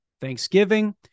thanksgiving